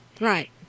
right